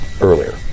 earlier